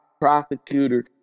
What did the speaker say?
prosecutor